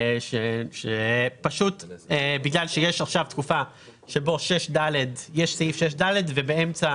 בגלל שיש עכשיו תקופה שבה יש סעיף 6ד ובאמצע